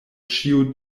ĉio